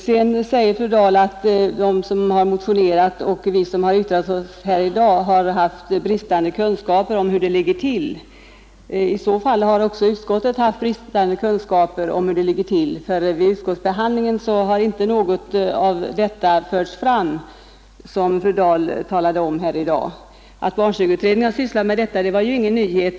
Fru Dahl säger att de som har motionerat och vi som har yttrat oss här i dag har haft bristande kunskaper om hur det ligger till. I så fall har också utskottet haft bristande kunskaper om hur det ligger till, för vid utskottsbehandlingen har inte något av detta förts fram som fru Dahl talade om nu. Att barnstugeutredningen har sysslat med denna fråga var ju ingen nyhet.